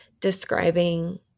describing